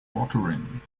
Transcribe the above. watering